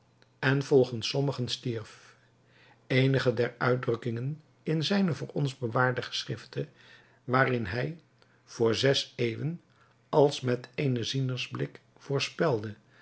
en volgens sommigen stierf eenige der uitdrukkingen in zijne voor ons bewaarde geschriften waarin hij vr zes eeuwen als met eenen zienersblik